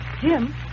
Jim